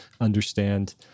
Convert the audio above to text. understand